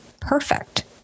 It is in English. perfect